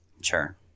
Sure